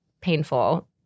painful